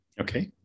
Okay